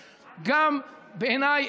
בעיניי,